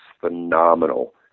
phenomenal